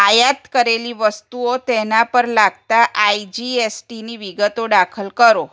આયાત કરેલી વસ્તુઓ તેના પર લાગતા આઈજીએસટીની વિગતો દાખલ કરો